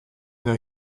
edo